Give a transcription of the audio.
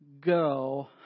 go